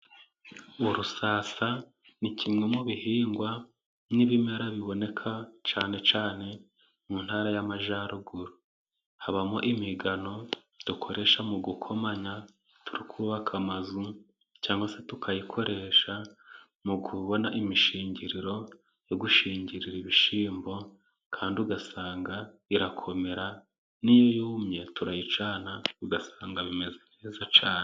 Urusasa ni kimwe mu bihingwa n'ibimera biboneka cyane cyane mu ntara y'Amajyaruguru. Habamo imigano dukoresha mu gukomanya turi kubaka amazu, cyangwa se tukayikoresha mu kubona imishinngiriro yo gushingirira ibishyimbo, kandi ugasanga irakomera n'iyo yumye turayicana ugasanga bimeze neza cyane.